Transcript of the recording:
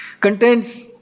contains